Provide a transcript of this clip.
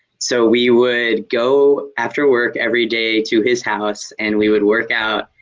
so we would go after work everyday to his house and we would work out.